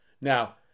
Now